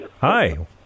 Hi